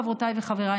חברותיי וחבריי,